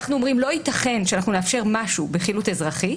אנו אומרים לא ייתכן שנאפשר משהו בחילוט האזרחי,